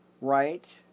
right